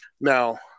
Now